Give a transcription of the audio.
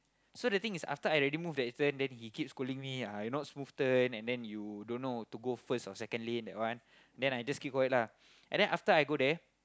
so the thing is after I already move that turn then he keep scolding me I not smooth turn and then you don't know to go first or second lane that one then I just keep quiet lah and then after I go there